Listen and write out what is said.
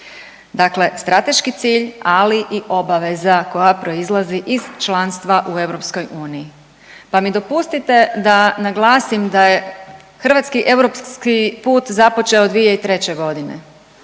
Dakle, strateški cilj ali i obaveza koja proizlazi iz članstva u EU. Pa mi dopustite da naglasim da je hrvatski europski put započeo 2003. godine.